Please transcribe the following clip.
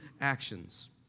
actions